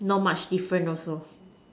not much different also